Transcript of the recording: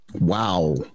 Wow